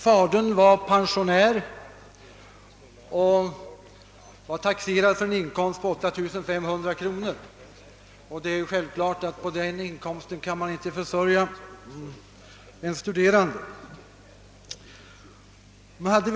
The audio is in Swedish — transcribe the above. Fadern var pensionär och var taxerad för en inkomst på 8500 kronor, och självfallet kan man på den inkomsten inte försörja en studerande.